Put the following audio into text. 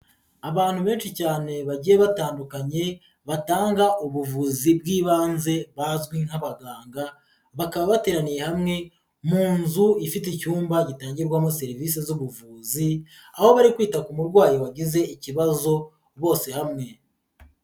Abantu benshi cyane bagiye batandukanye batanga ubuvuzi bw'ibanze bazwi nk'abaganga, bakaba bateraniye hamwe mu nzu ifite icyumba gitangirwamo serivisi z'ubuvuzi, aho bari kwita ku murwayi wagize ikibazo bose hamwe.